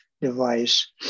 device